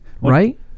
right